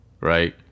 right